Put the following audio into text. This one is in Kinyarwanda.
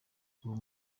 uwo